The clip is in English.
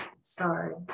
Sorry